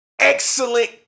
Excellent